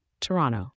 Toronto